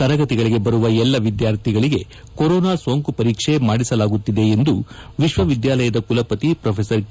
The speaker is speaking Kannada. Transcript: ತರಗತಿಗಳಿಗೆ ಬರುವ ಎಲ್ಲಾ ವಿದ್ಕಾರ್ಥಿಗಳಿಗೆ ಕೊರೋನಾ ಸೋಂಕು ಪರೀಕ್ಷೆ ಮಾಡಿಸಲಾಗುತ್ತಿದೆ ಎಂದು ವಿಶ್ವವಿದ್ಯಾಲಯದ ಕುಲಪತಿ ಪ್ರೊ ಕೆ